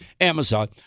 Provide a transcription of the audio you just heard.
Amazon